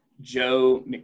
Joe